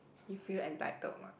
you feel entitled mah